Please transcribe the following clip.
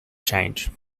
change